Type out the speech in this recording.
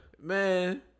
Man